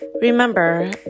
Remember